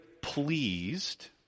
pleased